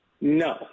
No